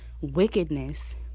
wickedness